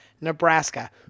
Nebraska